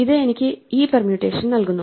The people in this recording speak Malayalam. ഇത് എനിക്ക് ഈ പെർമ്യൂട്ടേഷൻ നൽകുന്നു